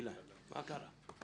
אילן, מה קרה?